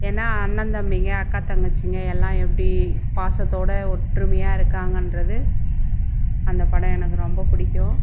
ஏன்னால் அண்ணன் தம்பிங்க அக்கா தங்கச்சிங்க எல்லாம் எப்படி பாசத்தோடு ஒற்றுமையாக இருக்காங்ககிறது அந்த படம் எனக்கு ரொம்ப பிடிக்கும்